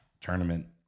tournament